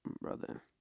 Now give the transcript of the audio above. Brother